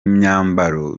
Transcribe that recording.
myambaro